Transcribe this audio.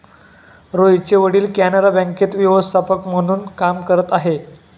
रोहितचे वडील कॅनरा बँकेत व्यवस्थापक म्हणून काम करत आहे